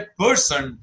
person